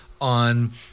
on